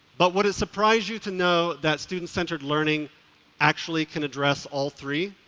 but would it surprise you to know that student centered learning actually can address all three?